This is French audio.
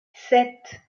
sept